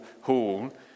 hall